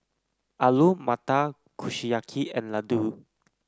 Alu Matar Kushiyaki and Ladoo